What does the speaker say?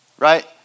Right